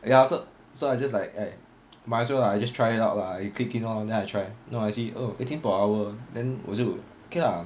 ya I also so I just like like might as well lah I just try it out lah I clicked in lor then I try then I see oh eighteen per hour then 我就 okay lah